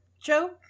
joke